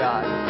God